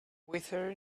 wizard